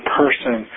person